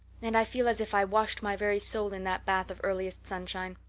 and i feel as if i washed my very soul in that bath of earliest sunshine.